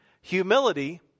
humility